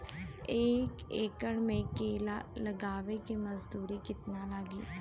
एक एकड़ में केला लगावे में मजदूरी कितना लागी?